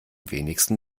wenigsten